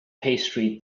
pastry